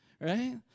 right